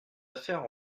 affaire